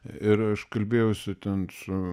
ir aš kalbėjausi ten su